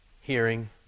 hearing